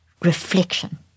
reflection